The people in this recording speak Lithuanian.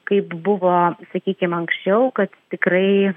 kaip buvo sakykim anksčiau kad tikrai